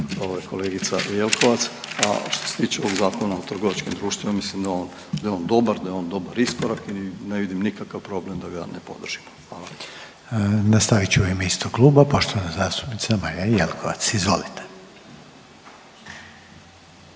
ovaj kolegica Jelkovac, a što se tiče ovog Zakona o trgovačkim društvima ja mislim da je on, da je on dobar, da je on dobar iskorak i ne vidim nikakav problem da ga ne podržimo, hvala. **Reiner, Željko (HDZ)** Nastavit će u ime istog kluba poštovana zastupnica Marija Jelkovac. Izvolite.